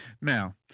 Now